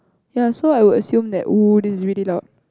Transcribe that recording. ya so I will assume that oh this is really loud